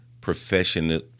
professional